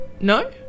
No